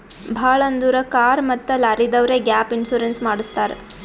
ಭಾಳ್ ಅಂದುರ್ ಕಾರ್ ಮತ್ತ ಲಾರಿದವ್ರೆ ಗ್ಯಾಪ್ ಇನ್ಸೂರೆನ್ಸ್ ಮಾಡುಸತ್ತಾರ್